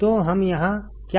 तो हम यहाँ क्या देखते हैं